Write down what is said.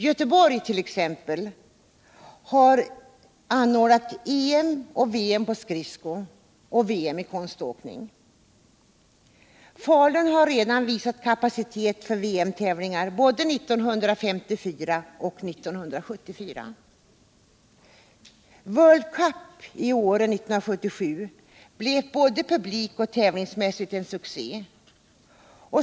Göteborg t.ex. har anordnat EM och VM på skridsko samt VM i konståkning. Falun har redan visat kapacnet för VM-tävlingar 1954 och 1974. World Cup i Åre 1977 blev både publik och tävlingsmässigt stor succé.